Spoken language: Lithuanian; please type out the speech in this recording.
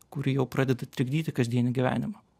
kuri jau pradeda trikdyti kasdienį gyvenimą